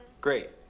Great